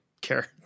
care